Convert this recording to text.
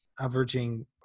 averaging